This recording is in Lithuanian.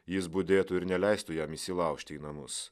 jis budėtų ir neleistų jam įsilaužti į namus